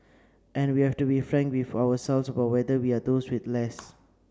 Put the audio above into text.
and we have to be frank with ourselves about whether we are those with less